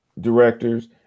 directors